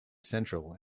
central